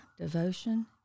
devotion